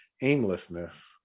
aimlessness